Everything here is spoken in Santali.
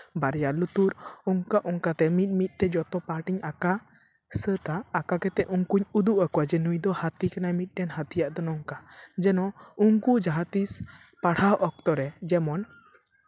ᱵᱟᱨᱭᱟ ᱞᱩᱛᱩᱨ ᱚᱱᱠᱟ ᱚᱱᱠᱟᱛᱮ ᱢᱤᱫ ᱢᱤᱫᱛᱮ ᱡᱚᱛᱚ ᱯᱟᱨᱴ ᱤᱧ ᱟᱸᱠᱟᱣ ᱥᱟᱹᱛᱟ ᱟᱸᱠᱟᱣ ᱠᱟᱛᱮᱫ ᱩᱱᱠᱩᱧ ᱩᱫᱩᱜ ᱟᱠᱚᱣᱟ ᱱᱩᱭᱫᱚ ᱦᱟᱹᱛᱤ ᱠᱟᱱᱟᱭ ᱢᱤᱫᱴᱮᱱ ᱦᱟᱹᱛᱤᱭᱟᱜ ᱫᱚ ᱱᱚᱝᱠᱟ ᱡᱮᱱᱚ ᱩᱱᱠᱩ ᱡᱟᱦᱟᱸ ᱛᱤᱥ ᱯᱟᱲᱦᱟᱣ ᱚᱠᱛᱚᱨᱮ ᱡᱮᱢᱚᱱ